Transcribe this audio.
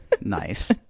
Nice